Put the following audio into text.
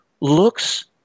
looks